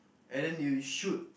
and then you shoot